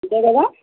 అంతే కదా